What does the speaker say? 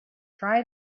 try